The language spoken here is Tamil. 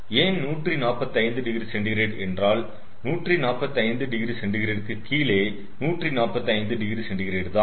ஏன் 145oC என்றால் 145oC க்கு கீழே 145oC தான்